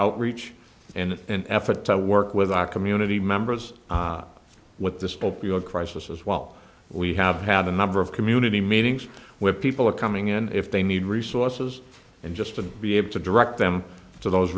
outreach in an effort to work with our community members with this pope crisis as well we have had a number of community meetings where people are coming in if they need resources and just to be able to direct them to those